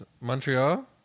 Montreal